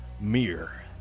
Mere